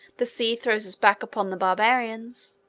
the sea throws us back upon the barbarians,